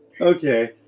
Okay